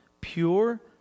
pure